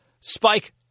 Spike